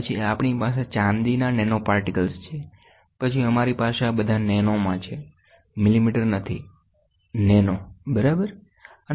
પછી આપણી પાસે ચાંદીના નેનોપાર્ટિકલ્સ છે પછી અમારી પાસે આ બધા નેનોમાં છે મિલિમીટર નથીનેનો બરાબર